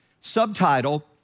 subtitle